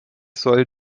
soll